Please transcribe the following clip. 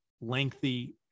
lengthy